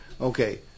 Okay